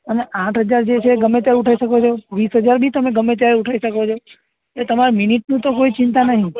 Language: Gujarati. અને આઠ હજાર જે છે એ ગમે ત્યારે ઉઠાવી શકો છો વીસ હજાર બી તમે ગમે ત્યારે ઉઠાવી શકો છો એટલે તમારે મિનિટનું તો કોઈ ચિંતા નથી